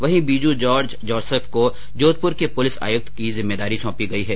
वहीं बीजू जॉर्ज जोसफ को जोधपुर के पुलिस आयुक्त की जिम्मेदारी सौंपी है